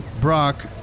Brock